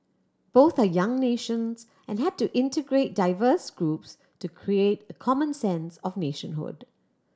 both are young nations and had to integrate diverse groups to create a common sense of nationhood